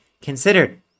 considered